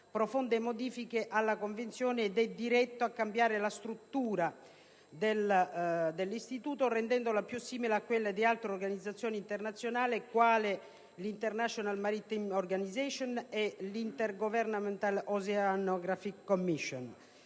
profonde modifiche alla Convenzione ed è diretto a cambiare la struttura dell'IHO rendendola più simile a quella di altre organizzazioni internazionali quali l'IMO (*International Marittime Organization*) e l'IOC (*Intergovernmental Oceanographic Commission*).